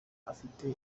afite